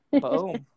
Boom